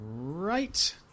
Right